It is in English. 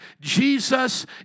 Jesus